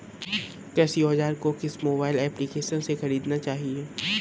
कृषि औज़ार को किस मोबाइल एप्पलीकेशन से ख़रीदना चाहिए?